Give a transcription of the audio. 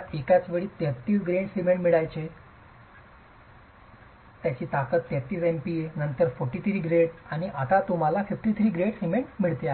तुम्हाला एकाच वेळी 33 ग्रेड सिमेंट मिळायचे 33 MPa ताकद 43 ग्रेड नंतर आणि आज तुम्हाला फक्त grade 53 ग्रेड सिमेंट मिळते